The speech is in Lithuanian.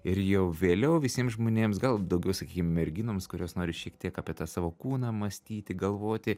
ir jau vėliau visiems žmonėms gal daugiau sakykim merginoms kurios nori šiek tiek apie tą savo kūną mąstyti galvoti